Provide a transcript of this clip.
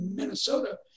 Minnesota